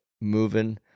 moving